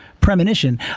premonition